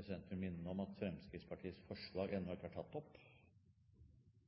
Presidenten vil minne om at Fremskrittspartiets forslag ennå ikke er